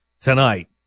tonight